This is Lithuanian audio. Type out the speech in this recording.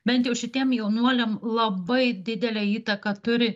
bent jau šitiem jaunuoliam labai didelę įtaką turi